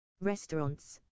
Restaurants